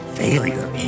failure